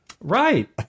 right